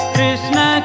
Krishna